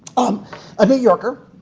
um a new yorker,